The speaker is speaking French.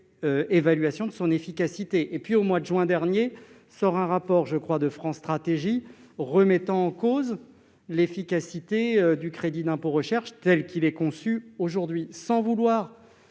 évaluation de son efficacité. Puis, au mois de juin dernier, est sorti un rapport de France Stratégie remettant en cause l'efficacité du crédit d'impôt recherche, tel qu'il est conçu aujourd'hui. Je ne